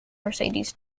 mercedes